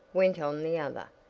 went on the other,